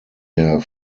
der